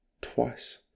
twice